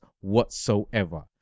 whatsoever